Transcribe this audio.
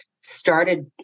Started